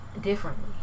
differently